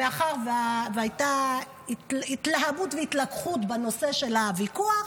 מאחר שהייתה התלהמות והתלקחות בנושא של הוויכוח,